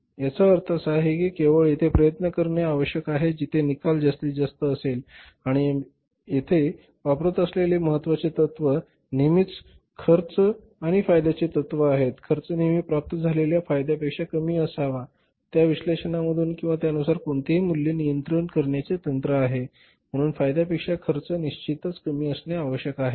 तर याचा अर्थ असा आहे की केवळ तेथे प्रयत्न करणे आवश्यक आहे जेथे निकाल जास्तीत जास्त असेल आणि आम्ही येथे वापरत असलेले महत्वाचे तत्व नेहमीच खर्च आणि फायद्याचे तत्व असते खर्च नेहमी प्राप्त झालेल्या फायद्यांपेक्षा कमी असावा त्या विश्लेषणामधून किंवा त्यानुसार कोणतेही मूल्य नियंत्रण करण्याचे तंत्र आहे म्हणून फायद्यांपेक्षा खर्च निश्चितच कमी असणे आवश्यक आहे